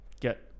get